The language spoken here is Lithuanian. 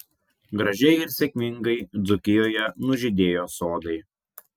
gražiai ir sėkmingai dzūkijoje nužydėjo sodai